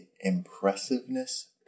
impressiveness